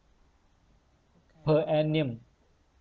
per annum